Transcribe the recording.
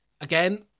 Again